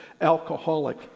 alcoholic